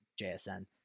JSN